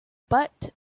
butt